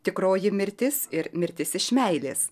tikroji mirtis ir mirtis iš meilės